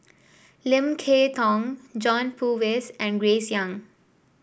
Lim Kay Tong John Purvis and Grace Young